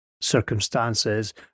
circumstances